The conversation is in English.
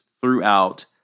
throughout